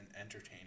entertaining